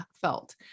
felt